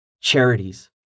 Charities